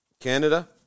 Canada